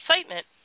excitement